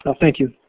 thank you.